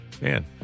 man